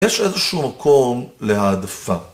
יש איזשהו מקום להעדפה.